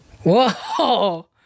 Whoa